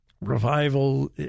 revival